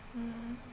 mm